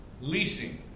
leasing